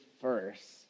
first